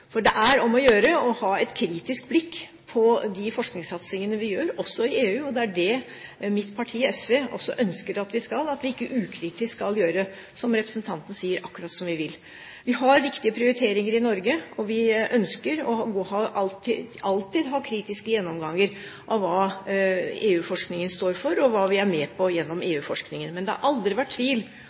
For det er om å gjøre å ha et kritisk blikk på de forskningssatsingene vi gjør, også i EU, og det er det mitt parti SV ønsker at vi skal, at vi ikke ukritisk skal gjøre som representanten sier: akkurat som vi vil. Vi har viktige prioriteringer i Norge, og vi ønsker – alltid – å ha kritiske gjennomganger av hva EU-forskningen står for og hva vi er med på gjennom EU-forskningen. Men det har aldri vært tvil